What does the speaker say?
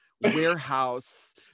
warehouse